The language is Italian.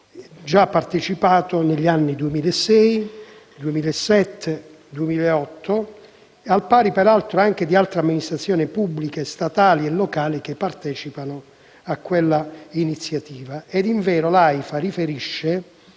già partecipato negli anni 2006, 2007 e 2008, al pari, peraltro, di altre amministrazioni pubbliche statali e locali che partecipano a quella iniziativa. Ed invero, l'Aifa riferisce